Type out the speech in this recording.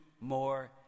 more